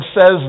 says